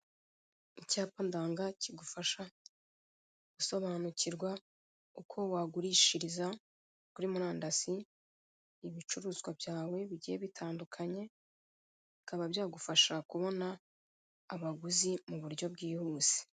Icyapa ndanga kigufasha gusobanukirwa uko wagurishiriza kuri murandasi, ibicuruzwa byawe bigiye bitandukanye bikaba byagufasha kubona abaguzi mu buryo bwihuse.